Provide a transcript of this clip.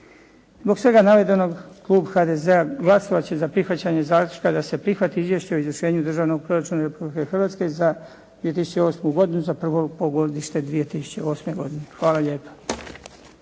Zbog svega navedenog klub HDZ-a glasovat će za prihvaćanje zaključka da se prihvati izvješće o izvršenju državnog proračuna Republike Hrvatske za 2008. godinu za prvo polugodište 2008. godine. Hvala lijepa.